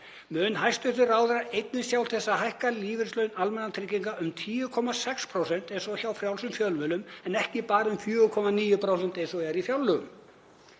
Mun hæstv. ráðherra einnig sjá til þess að hækka lífeyrislaun almannatrygginga um 10,6% eins og hjá frjálsum fjölmiðlum en ekki bara um 4,9% eins og er í fjárlögum?